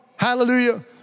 Hallelujah